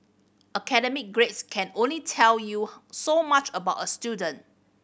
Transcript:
academic grades can only tell you so much about a student